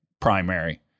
primary